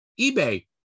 eBay